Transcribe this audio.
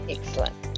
excellent